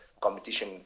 competition